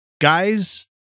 guys